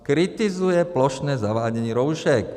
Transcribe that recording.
Kritizuje plošné zavádění roušek.